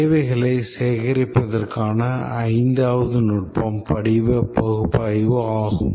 தேவைகளைச் சேகரிப்பதற்கான ஐந்தாவது நுட்பம் படிவ பகுப்பாய்வு ஆகும்